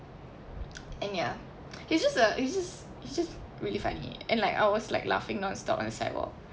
and ya he just uh he just he just really funny and like I was like laughing non-stop on the sidewalk